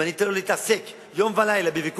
אם אני אתן לו להתעסק יום ולילה בוויכוח